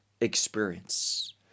experience